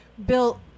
Bill